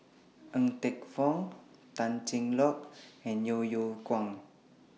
Ng Teng Fong Tan Cheng Lock and Yeo Yeow Kwang